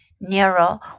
Nero